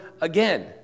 again